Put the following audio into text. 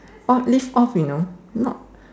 odd live off you know not